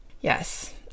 Yes